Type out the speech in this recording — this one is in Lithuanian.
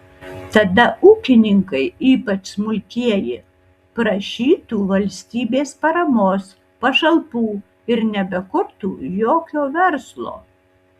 tada ūkininkai ypač smulkieji prašytų valstybės paramos pašalpų ir nebekurtų jokio verslo